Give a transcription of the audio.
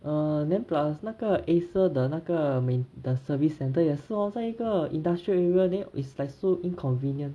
err then plus 那个 Acer 的那个 um main~ the service centre 也是 hor 在一个 industrial area then it's like so inconvenient